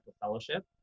fellowship